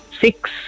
six